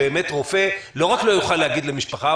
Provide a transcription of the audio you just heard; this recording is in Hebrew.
שרופא לא רק לא יוכל להגיד למשפחה,